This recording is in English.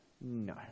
No